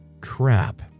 Crap